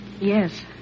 Yes